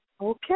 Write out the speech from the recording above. Okay